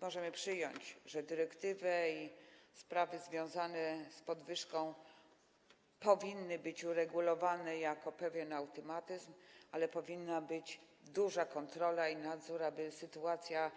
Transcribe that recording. Możemy przyjąć, że chodzi o dyrektywę i sprawy związane z podwyżką powinny być uregulowane jako pewien automatyzm, ale powinna być duża kontrola i nadzór, aby sytuacja